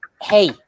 hey